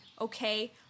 okay